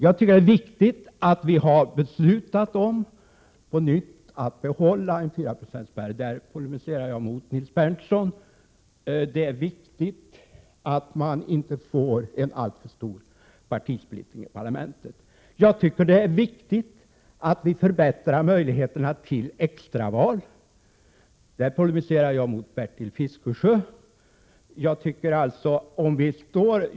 Jag tycker det är viktigt att vi på nytt har beslutat om att behålla 4-procentsspärren — där polemiserar jag mot Nils Berndtson. Det är angeläget att inte få alltför stor partisplittring i parlamentet. Jag tycker det är viktigt att förbättra möjligheterna till extra val — där polemiserar jag mot Bertil Fiskesjö.